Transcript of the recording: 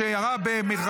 חבר הכנסת ווליד טאהא.